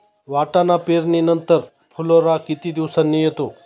वाटाणा पेरणी नंतर फुलोरा किती दिवसांनी येतो?